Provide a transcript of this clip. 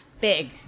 big